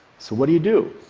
so what do you do?